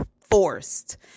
forced